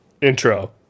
Intro